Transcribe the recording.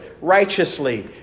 righteously